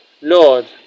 Lord